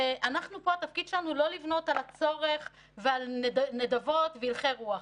אנחנו פה התפקיד שלנו לא לבנות על הצורך ועל נדבות והלכי רוח.